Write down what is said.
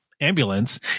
ambulance